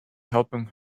helping